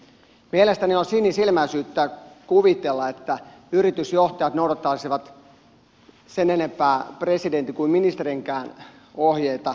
mielestäni on sinisilmäisyyttä kuvitella että yritysjohtajat noudattaisivat sen enempää presidentin kuin ministerinkään ohjeita kohtuullisuudesta